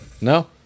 No